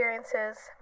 experiences